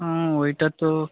ওইটা তো